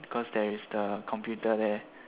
cause there is the computer there